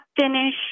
finish